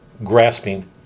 grasping